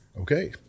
okay